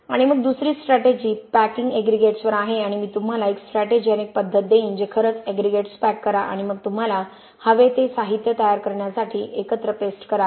आणि मग दुसरी स्ट्रॅटेजी पॅकिंग एग्रीगेट्सवर आहे आणि मी तुम्हाला एक स्ट्रॅटेजी आणि एक पद्धत देईन जे खरंच एग्रीगेट्स पॅक करा आणि मग तुम्हाला हवे ते साहित्य तयार करण्यासाठी एकत्र पेस्ट करा